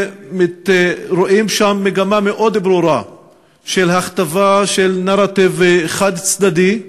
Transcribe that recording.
ורואים שם מגמה מאוד ברורה של הכתבה של נרטיב חד-צדדי,